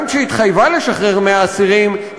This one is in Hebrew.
גם כשהתחייבה לשחרר 100 אסירים,